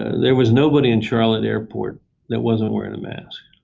there was nobody in charlotte airport that wasn't wearing a mask.